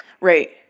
Right